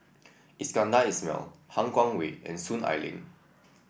Iskandar Ismail Han Guangwei and Soon Ai Ling